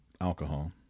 alcohol